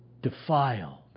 Defiled